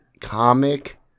comic